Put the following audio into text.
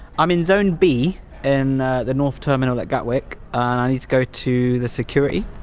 i'm in zone b in the north terminal at gatwick and i need to go to the security.